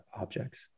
objects